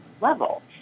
level